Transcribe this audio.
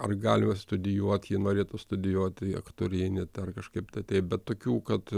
ar galima studijuot ji norėtų studijuoti aktorinį dar kažkaip tai tai bet tokių kad